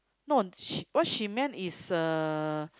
no she what she meant is uh